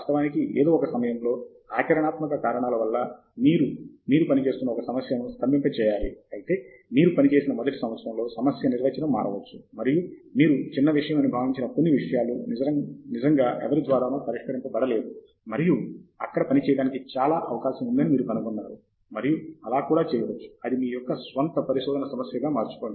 వాస్తవానికి ఏదో ఒక సమయంలో ఆచరణాత్మక కారణాల వల్ల మీరు మీరు పని చేస్తున్న ఒక సమస్యను స్తంభింపజేయాలి అయితే మీరు పనిచేసిన మొదటి సంవత్సరంలో సమస్య నిర్వచనం మారవచ్చు మరియు మీరు చిన్న విషయం అని భావించిన కొన్ని విషయాలు నిజంగా ఎవరి ద్వారానూ పరిష్కరించబడ లేదు మరియు అక్కడ పని చేయడానికి చాలా అవకాశము ఉందని మీరు కనుగొన్నారు మరియు అలా కూడా చేయవచ్చు ఆది మీ యొక్క స్వంత పరిశోధన సమస్యగా మార్చుకోండి